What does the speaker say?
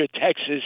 Texas